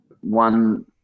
One